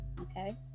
okay